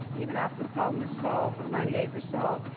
even after the problem is solved, or ninety eight percent solved,